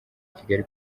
kigali